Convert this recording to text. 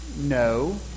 No